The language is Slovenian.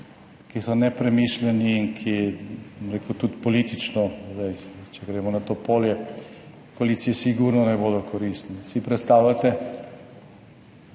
ki so nepremišljeni in ki, bom rekel, tudi politično, zdaj, če gremo na to polje, koaliciji sigurno ne bodo koristili. Si predstavljate,